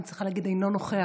אני צריכה להגיד "אינו נוכח",